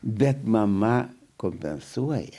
bet mama kompensuoja